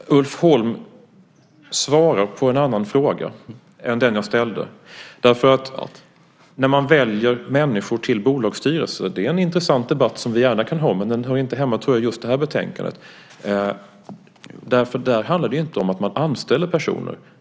Fru talman! Ulf Holm svarar på en annan fråga än den jag ställde. Hur det går till när man väljer människor till bolagsstyrelser är en intressant debatt som vi gärna kan ha, men jag tror inte att den hör hemma i just det här betänkandet. Där handlar det nämligen inte om att man anställer personer.